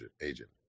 agent